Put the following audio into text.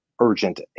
urgent